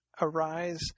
arise